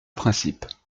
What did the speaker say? principes